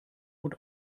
und